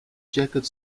jacket